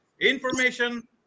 information